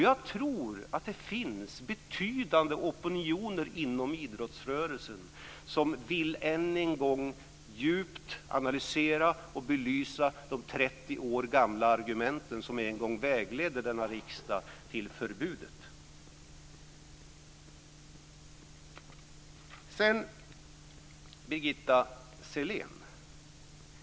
Jag tror att det finns betydande opinioner inom idrottsrörelsen som än en gång vill djupt analysera och belysa de 30 år gamla argument som en gång vägledde riksdagen fram till detta förbud.